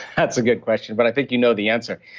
that's a good question, but i think you know the answer.